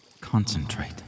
concentrate